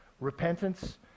Repentance